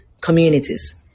communities